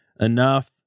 enough